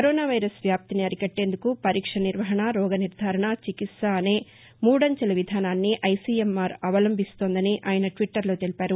corona వ్యాప్తిని అరికట్లేందుకు పరీక్ష నిర్వహణ రోగ నిర్గారణ చికిత్స అనే మూడంచెల విధానాన్ని ఐసీఎంఆర్ అవలంబిస్తోందని ఆయన ట్విట్లర్లో తెలిపారు